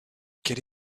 quelle